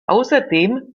außerdem